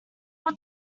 what